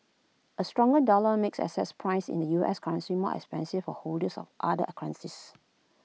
A stronger dollar makes assets priced in the U S currency more expensive for holders other currencies